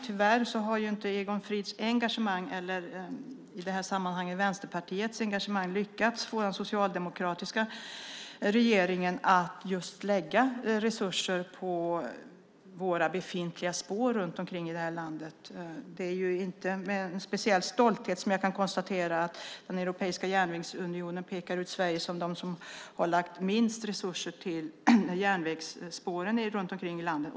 Tyvärr lyckades inte Egon Frid och Vänsterpartiet med sitt engagemang få den socialdemokratiska regeringen att lägga resurser just på våra befintliga spår runt om i landet. Det är inte med speciell stolthet jag kan konstatera att den europeiska järnvägsunionen pekar ut Sverige som det land som har lagt minst resurser på järnvägsspåren runt omkring i landet.